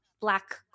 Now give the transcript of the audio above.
black